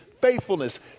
faithfulness